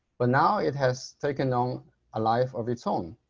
but now it has taken on a life of its own.